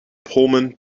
pullman